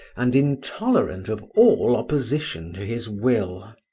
and intolerant of all opposition to his will.